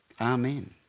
Amen